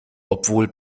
obwohl